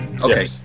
Okay